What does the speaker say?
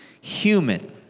human